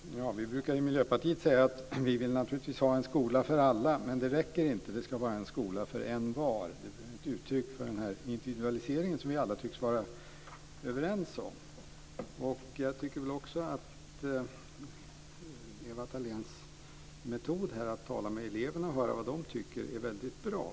Herr talman! Vi brukar i Miljöpartiet säga att vi naturligtvis vill ha en skola för alla, men det räcker inte. Det ska vara en skola för envar. Det är ett uttryck för den individualisering som vi alla tycks vara överens om. Jag tycker att Ewa Thalén Finnés metod att tala med eleverna och höra vad de tycker är väldigt bra.